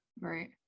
Right